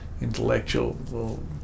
intellectual